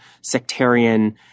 sectarian